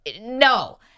No